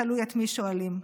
תלוי את מי שואלים.